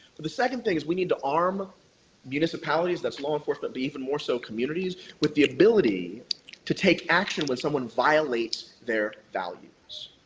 but the second thing is we need to arm municipalities, that's law enforcement, but even more so communities, with the ability to take action when someone violates their values.